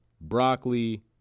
broccoli